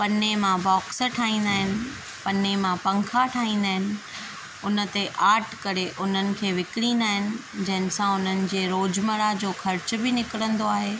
पन्ने मां बॉक्स ठाहींदा आहिनि पन्ने मां पंखा ठाहींदा आहिनि उन ते आर्ट करे उन्हनि खे विकिणींदा आहिनि जंहिंसा उन्हनि जे रोजमर्रा जो ख़र्चु बि निकिरींदो आहे